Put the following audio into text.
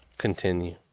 continue